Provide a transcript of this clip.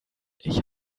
ich